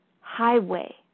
highway